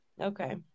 Okay